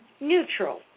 neutral